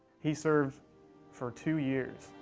he served for two years,